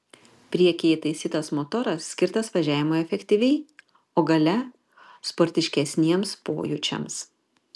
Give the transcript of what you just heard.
priekyje įtaisytas motoras skirtas važiavimui efektyviai o gale sportiškesniems pojūčiams